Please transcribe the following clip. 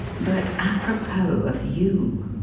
but apropas of you!